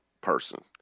person